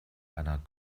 einer